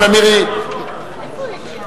אין הסתייגויות.